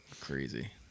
Crazy